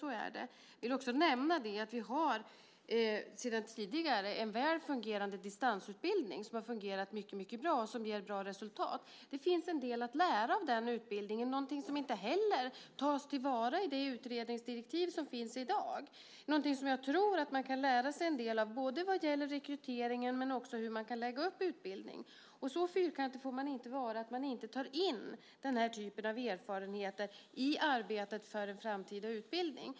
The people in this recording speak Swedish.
Jag vill också nämna att vi sedan tidigare har en väl fungerande distansutbildning. Den har fungerat mycket bra och gett goda resultat. Det finns en del att lära av just den utbildningen, vilket inte heller tas till vara i det utredningsdirektiv som finns i dag. Jag tror att man av den kan lära sig en del både vad gäller rekryteringen och hur utbildningen kan läggas upp. Man får inte vara så fyrkantig att man inte tar in den typen av erfarenheter i arbetet med en framtida utbildning.